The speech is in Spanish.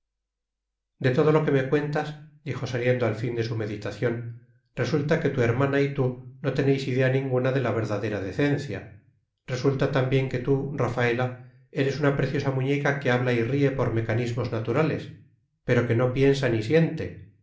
de todo lo que me cuentas dijo saliendo al fin de su meditación resulta que tu hermana y tú no tenéis idea ninguna de la verdadera decencia resulta también que tú rafaela eres una preciosa muñeca que habla y ríe por mecanismos naturales pero que no piensa ni siente